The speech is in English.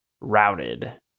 routed